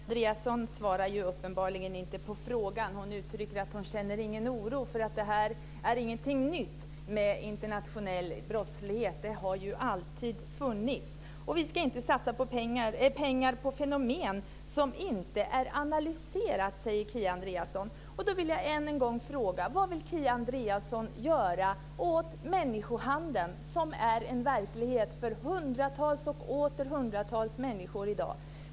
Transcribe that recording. Fru talman! Kia Andreasson svarar helt uppenbart inte på frågan. Hon säger att hon inte känner någon oro, för det är inte något nytt med internationell brottslighet. Sådan har alltid funnits, och vi ska inte satsa pengar på fenomen som inte är analyserade, säger Kia Andreasson. Jag vill än en gång fråga vad Kia Andreasson vill göra åt människohandeln, som är en verklighet för hundratals och åter hundratals människor i dag.